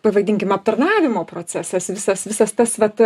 pavadinkim aptarnavimo procesas visas visas tas vat